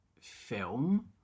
film